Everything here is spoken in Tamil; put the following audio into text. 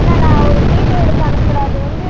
அண்ணா நான் ஒரு வீடியோ எடுத்து அனுப்புகிறேன் அது வந்து